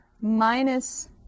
minus